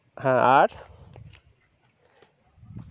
হ্যাঁ আর